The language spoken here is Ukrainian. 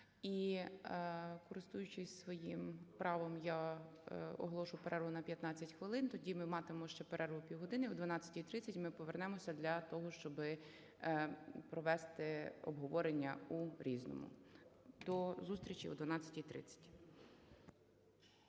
І, користуючись своїм правом, я оголошу перерву на 15 хвилин, тоді ми матимемо ще перерву півгодини, о 12:30 ми повернемося для того, щоб провести обговорення у "Різному". До зустрічі о 12:30.